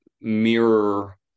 mirror